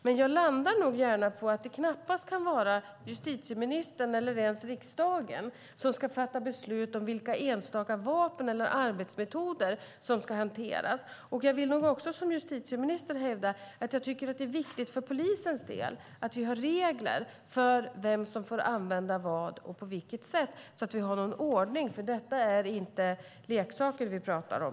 Men jag landar nog gärna på att det knappast kan vara justitieministern eller ens riksdagen som ska fatta beslut om vilka enstaka vapen eller arbetsmetoder som ska hanteras. Jag vill nog också som justitieminister hävda att det är viktigt för polisens del att vi har regler för vem som får använda vad och på vilket sätt så att vi har någon ordning. Det är inte leksaker vi talar om.